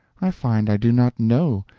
i find i do not know,